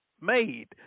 made